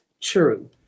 true